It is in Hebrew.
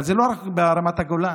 אבל זה לא רק ברמת הגולן.